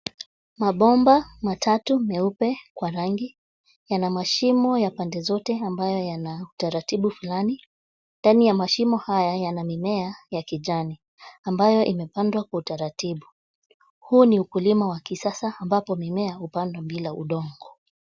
Mabomba matatu meupe kwa rangi, yana mashimo ya pande zote ambayo yana utaratibu fulani. Ndani ya mashimo haya yana mimea ya kijani ambayo imepandwa kwa utaratibu. Huu ni ukulima wa kisasa ambapo mimea hupandwa bila udongo.